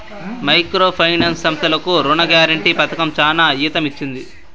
micro finance సంస్థలకు రుణ guarantee పథకం చానా ఊతమిచ్చింది